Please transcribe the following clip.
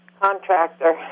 contractor